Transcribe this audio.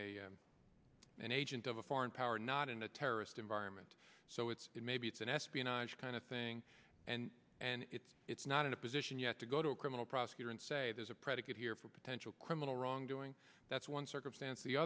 investigating an agent of a foreign power not in a terrorist environment so it's it may be it's an espionage kind of thing and and it's it's not in a position yet to go to a criminal prosecutor and say there's a predicate here for potential criminal wrongdoing that's one circumstance the